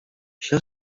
she